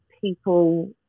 people